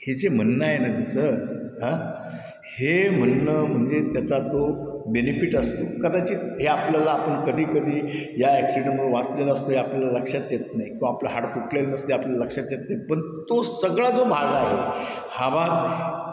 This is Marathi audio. हे जे म्हणणं आहे नं तिचं हं हे म्हणणं म्हणजे त्याचा तो बेनिफिट असतो कदाचित हे आपल्याला आपण कधी कधी या ॲक्सिडंटमुळं वाचले असतो आहे आपल्याला लक्षात येत नाही किंवा आपलं हाड तुटलेलं नसतं आहे आपल्या लक्षात येत नाही पण तो सगळा जो भाग आहे हा भाग